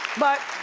but